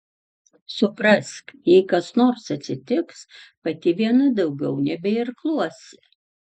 suprask jei kas nors atsitiks pati viena daugiau nebeirkluosi